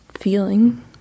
feeling